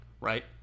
right